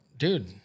Dude